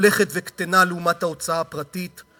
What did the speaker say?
הולכת וקטנה לעומת ההוצאה הפרטית,